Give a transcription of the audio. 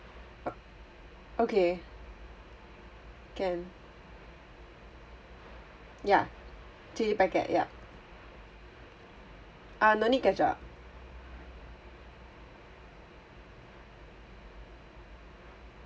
okay can ya chilli packet yup uh no need ketchup